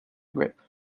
grip